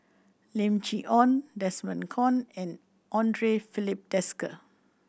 Lim Chee Onn Desmond Kon and Andre Filipe Desker